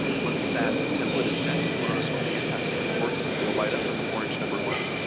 once that template is sent, you will notice once again tasking reports will light up with an orange number one.